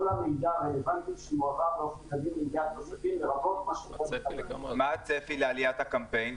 המידע הרלוונטי שמועבר --- לרבות -- מה הצפי לעליית הקמפיין?